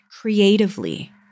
creatively